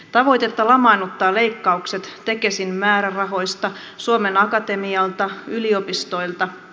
tavoitetta lamaannuttavat leikkaukset tekesin määrärahoista suomen akatemialta yliopistoilta